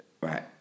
Right